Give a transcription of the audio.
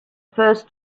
first